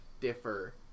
differ